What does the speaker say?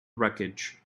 wreckage